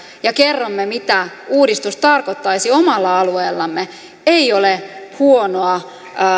ja kerromme mitä uudistus tarkoittaisi omalla alueellamme ei ole huonoa